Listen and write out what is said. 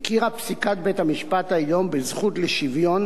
הכירה פסיקת בית-המשפט העליון בזכות לשוויון